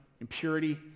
impurity